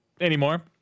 anymore